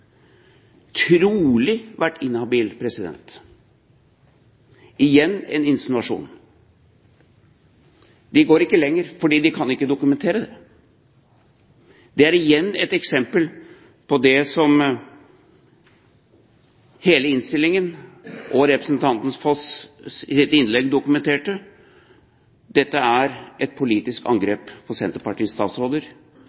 Trolig vært inhabil – igjen en insinuasjon. De går ikke lenger, for de kan ikke dokumentere det. Det er igjen et eksempel på det som hele innstillingen og representanten Foss’ innlegg dokumenterte. Dette er et politisk